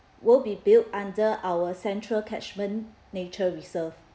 will be built under our central catchment nature reserve